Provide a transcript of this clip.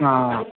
ஆ